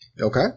Okay